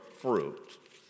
fruit